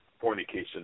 fornication